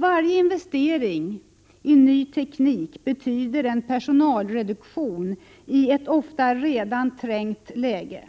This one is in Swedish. Varje investering i ny teknik betyder en personalreduktion i ett ofta redan trängt läge.